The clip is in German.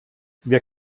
wer